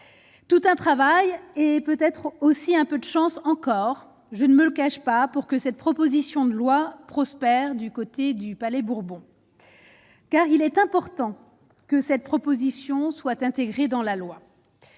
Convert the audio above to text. tout un travail, et peut-être aussi un peu chanceux encore je ne me cache pas pour que cette proposition de loi prospère du côté du Palais Bourbon, car il est important que cette proposition soit intégrée dans la loi,